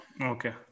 Okay